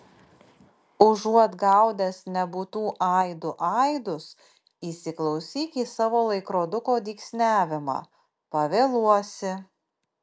užuot gaudęs nebūtų aidų aidus įsiklausyk į savo laikroduko dygsniavimą pavėluosi